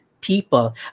people